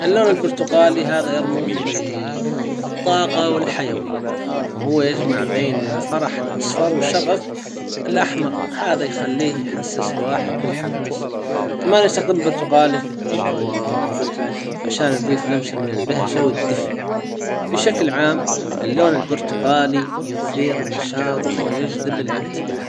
اللون البرتقالي هذا يرمز الطاقة والحيوية وهو يجمع بين فرح الاصفر وشغف الاحمر هذا يخليه يحسس الواحد بالحماس كمان يستخدم البرتقالي في الديكورات عشان يضيف لمسة من البهجة والدفء بشكل عام اللون البرتقالي يثير النشاط ويجذب الانتباه.